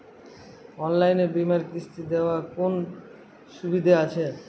অনলাইনে বীমার কিস্তি দেওয়ার কোন সুবিধে আছে?